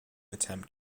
attempt